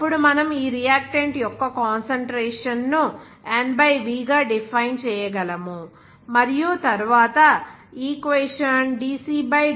అప్పుడు మనము ఈ రియాక్టెంట్ యొక్క కాన్సన్ట్రేషన్ ను N v గా డిఫైన్ చేయగలము మరియు తరువాత ఈక్వేషన్ dc dt